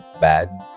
bad